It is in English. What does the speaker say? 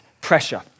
pressure